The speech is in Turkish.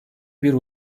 bir